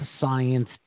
science